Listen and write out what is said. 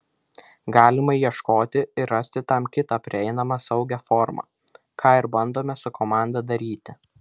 galima ieškoti ir rasti tam kitą prieinamą saugią formą ką ir bandome su komanda daryti